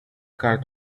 car